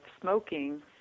smoking